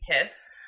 pissed